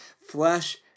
Flesh